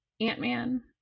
Ant-Man